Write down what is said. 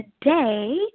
today